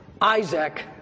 Isaac